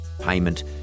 payment